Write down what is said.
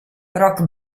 rock